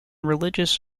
religious